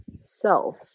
self